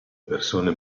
persone